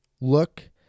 look